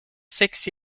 six